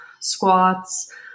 squats